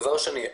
דבר שני,